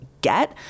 get